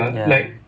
ya